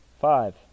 five